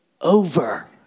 over